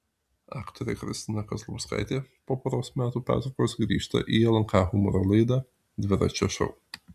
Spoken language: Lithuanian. aktorė kristina kazlauskaitė po poros metų pertraukos grįžta į lnk humoro laidą dviračio šou